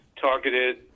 targeted